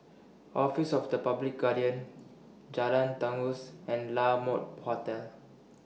Office of The Public Guardian Jalan Janggus and La Mode Hotel